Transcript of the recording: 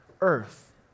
earth